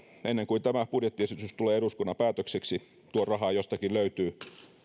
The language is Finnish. ennen kuin tämä budjettiesitys tulee eduskunnan päätökseksi tuo raha jostakin löytyy